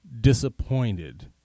disappointed